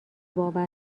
باور